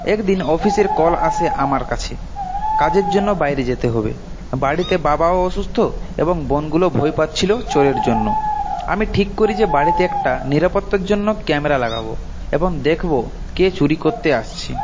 একদিন অফিসের কল আসে আমার কাছে কাজের জন্য বাইরে যেতে হবে বাড়িতে বাবাও অসুস্থ এবং বোনগুলো ভয় পাচ্ছিল চোরের জন্য আমি ঠিক করি যে বাড়িতে একটা নিরাপত্তার জন্য ক্যামেরা লাগাবো এবং দেখবো কে চুরি করতে আসছে